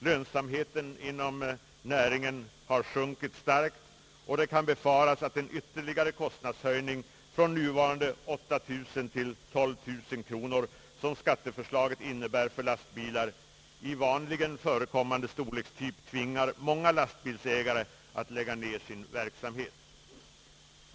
Lönsamheten inom näringen har sjun kit starkt, och det kan befaras att en ytterligare kostnadshöjning från nuvarande 8 000 till 12 000 kronor, som förslaget innebär för lastbilar i vanligen förekommande = storlekstyp, «tvingar många lastbilsägare att lägga ner sin verksamhet.